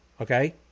okay